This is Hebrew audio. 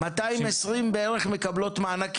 בערך 220 מקבלות מענק איזון.